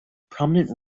prominent